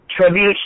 tribute